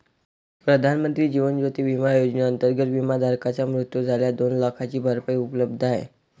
प्रधानमंत्री जीवन ज्योती विमा योजनेअंतर्गत, विमाधारकाचा मृत्यू झाल्यास दोन लाखांची भरपाई उपलब्ध आहे